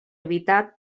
evitar